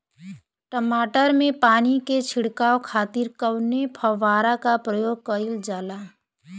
टमाटर में पानी के छिड़काव खातिर कवने फव्वारा का प्रयोग कईल जाला?